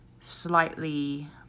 slightly